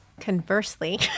conversely